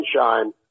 sunshine